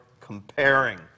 comparing